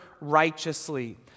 righteously